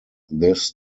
this